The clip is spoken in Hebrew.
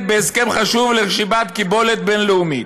בהסכם חשוב לרשימת קיבולת בין-לאומית,